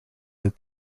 that